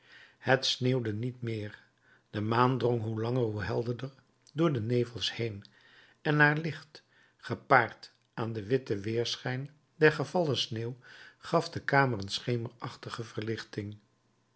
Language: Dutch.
het sneeuwde niet meer de maan drong hoe langer hoe helderder door de nevels heen en haar licht gepaard aan den witten weerschijn der gevallen sneeuw gaf de kamer een schemerachtige verlichting